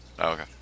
okay